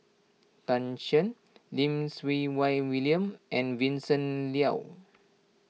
Tan Shen Lim Siew Wai William and Vincent Leow